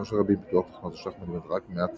לאכזבתם של רבים, פיתוח תוכנות השחמט לימד רק מעט